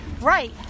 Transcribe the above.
Right